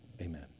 Amen